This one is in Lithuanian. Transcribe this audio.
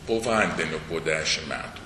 po vandeniu po dešim metų